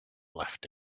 left